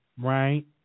right